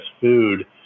food